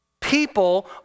People